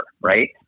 right